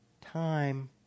time